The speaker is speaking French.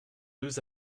deux